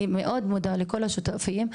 אני מאוד מודה לכל השותפים,